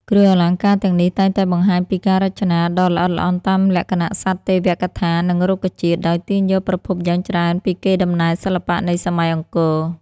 គ្រឿងអលង្ការទាំងនេះតែងតែបង្ហាញពីការរចនាដ៏ល្អិតល្អន់តាមលក្ខណ:សត្វទេវកថា និងរុក្ខជាតិ ដោយទាញយកប្រភពយ៉ាងច្រើនពីកេរដំណែលសិល្បៈនៃសម័យអង្គរ។